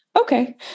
Okay